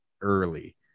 early